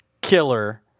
killer